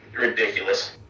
ridiculous